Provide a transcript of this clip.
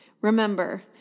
Remember